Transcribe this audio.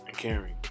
caring